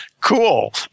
Cool